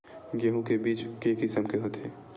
गेहूं के बीज के किसम के होथे?